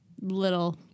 little